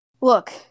Look